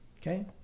Okay